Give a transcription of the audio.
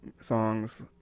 songs